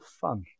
fun